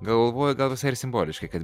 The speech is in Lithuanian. galvoju gal visai ir simboliškai kad